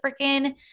freaking